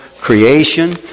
creation